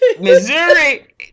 Missouri